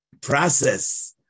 process